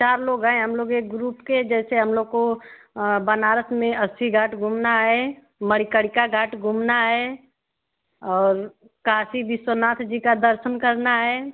चार लोग हैं हम लोग एक ग्रुप के जैसे हम लोग को बनारस मे अस्सी घाट घूमना है मणकनिका गाट घूमना है और काशी विश्वनाथ जी का दर्शन करना है